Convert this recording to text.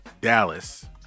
Dallas